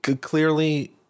clearly